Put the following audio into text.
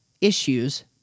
issues